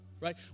right